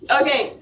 okay